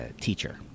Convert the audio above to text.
teacher